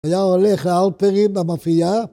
היה הולך לאלפרים במאפייה